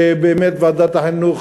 ובאמת ועדת החינוך,